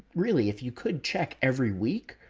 really, if you could check every week,